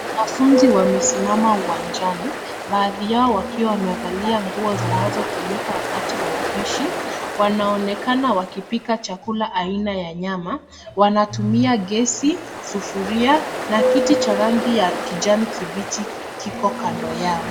Wanafunzi wamesimama uwanjani, baadhi yao wakiwa wamevalia nguo zinazotumika wakati wa upishi. Wanaonekana wakipika chakula aina ya nyama. Wanatumia gesi, sufuria, na kiti cha rangi ya kijani kibichi, kiko kando yao.